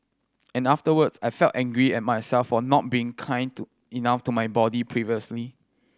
and afterwards I felt angry at myself for not being kind to enough to my body previously